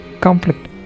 conflict